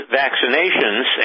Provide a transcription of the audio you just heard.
vaccinations